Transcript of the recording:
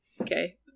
Okay